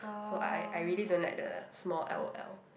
so I I really don't like the small L_O_L